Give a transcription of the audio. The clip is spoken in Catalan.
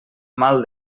mal